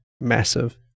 massive